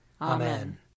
Amen